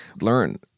learn